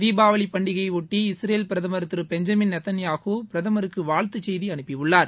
தீபாவளி பண்டிகையைபொட்டி இஸ்ரேல் பிரதமர் திரு பெஞ்சமின் நேதன்யாகு பிரதமருக்கு வாழ்த்துச் செய்தி அனு்பபியுள்ளார்